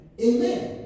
Amen